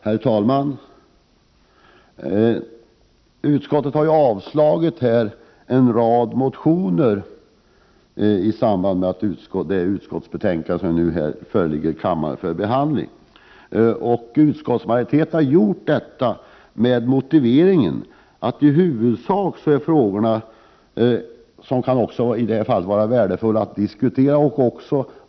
Herr talman! Utskottet har i det betänkande som nu föreligger för behandling avstyrkt en rad motioner. De frågor som tas upp i motionerna är värda att diskuteras, och det är angeläget att vi finner lösningar på problemen.